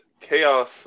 Chaos